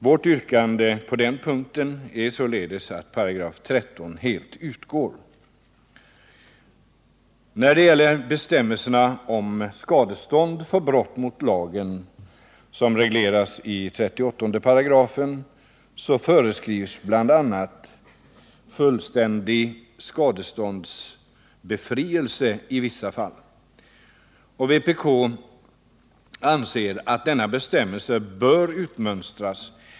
Vårt yrkande på den punkten är således att 13 § helt skall utgå. Bestämmelserna om skadestånd för brott mot lagen, som finns intagna i 38 §, föreskriver bl.a. fullständig skadeståndsbefrielse i vissa fall. Vpk anser att denna bestämmelse bör utmönstras.